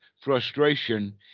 frustration